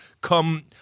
come